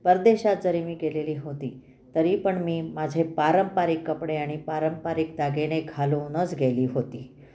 परदेशात जरी मी केलेली होते तरी पण मी माझे पारंपरिक कपडे आणि पारंपरिक दागिने घालूनच गेले होते